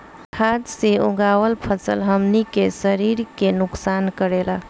खाद्य से उगावल फसल हमनी के शरीर के नुकसान करेला